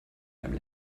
einem